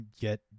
get